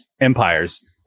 empires